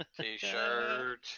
T-shirt